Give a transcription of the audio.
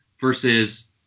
versus